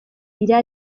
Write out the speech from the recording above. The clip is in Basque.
dira